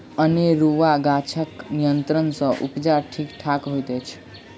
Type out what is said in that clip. अनेरूआ गाछक नियंत्रण सँ उपजा ठीक ठाक होइत अछि